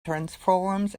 transforms